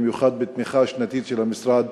במיוחד בתמיכה השנתית של המשרד,